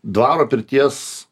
dvaro pirties